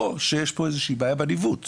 או שיש פה בעיה בניווט,